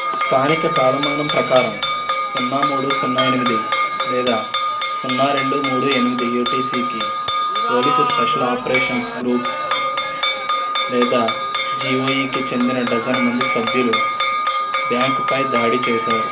స్థానిక కాలమానం ప్రకారం సున్నా మూడు సున్నా ఎనిమిది లేదా సున్నా రెండు మూడు ఎనిమిది యూటీసీకి పోలీసు స్పెషల్ ఆపరేషన్స్ గ్రూప్ లేదా జీఓఈకి చెందిన డజన్ మంది సభ్యులు బ్యాంక్పై దాడి చేశారు